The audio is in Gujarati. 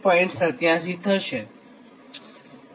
87 ֯ થાય